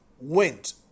went